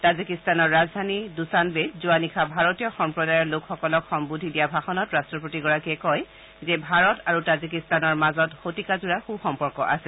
তাজিকিস্তানৰ ৰাজধানী দূচানবেত যোৱা নিশা ভাৰতীয় সম্প্ৰদায়ৰ লোকসকলক সম্নোধি দিয়া ভাষণত ৰাট্টপতিগৰাকীয়ে কয় যে ভাৰত আৰু তাজিকিস্তানৰ মাজত শতিকাজোৰা সুসম্পৰ্ক আছে